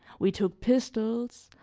we took pistols,